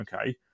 Okay